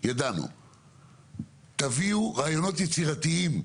תביאו רעיונות יצירתיים.